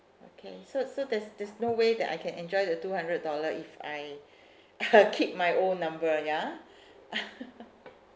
okay so so there's there's no way that I can enjoy the two hundred dollar if I I keep my old number ya